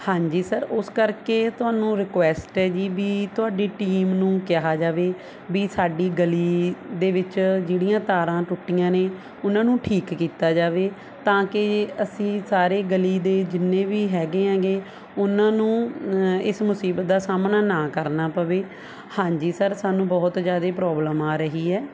ਹਾਂਜੀ ਸਰ ਉਸ ਕਰਕੇ ਤੁਹਾਨੂੰ ਰਿਕੁਐਸਟ ਹੈ ਜੀ ਵੀ ਤੁਹਾਡੀ ਟੀਮ ਨੂੰ ਕਿਹਾ ਜਾਵੇ ਵੀ ਸਾਡੀ ਗਲੀ ਦੇ ਵਿੱਚ ਜਿਹੜੀਆਂ ਤਾਰਾਂ ਟੁੱਟੀਆਂ ਨੇ ਉਹਨਾਂ ਨੂੰ ਠੀਕ ਕੀਤਾ ਜਾਵੇ ਤਾਂ ਕਿ ਅਸੀਂ ਸਾਰੇ ਗਲੀ ਦੇ ਜਿੰਨੇ ਹੈਗੇ ਐਂਗੇ ਉਹਨਾਂ ਨੂੰ ਇਸ ਮੁਸੀਬਤ ਦਾ ਸਾਹਮਣਾ ਨਾ ਕਰਨਾ ਪਵੇ ਹਾਂਜੀ ਸਰ ਸਾਨੂੰ ਬਹੁਤ ਜ਼ਿਆਦਾ ਪ੍ਰੋਬਲਮ ਆ ਰਹੀ ਹੈ